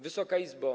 Wysoka Izbo!